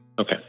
Okay